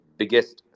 biggest